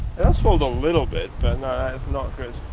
that un-spooled a little bit, but no it's not good.